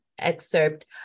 excerpt